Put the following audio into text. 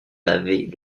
laver